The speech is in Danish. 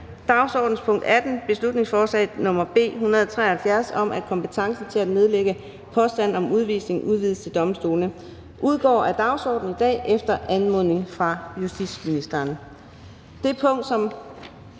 dagsordenens punkt 18, beslutningsforslag nr. B 173 om, at kompetencen til at nedlægge påstand om udvisning udvides til domstolene, udgår af dagsordenen i dag efter anmodning fra justitsministeren.